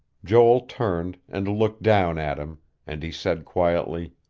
joel turned, and looked down at him and he said quietly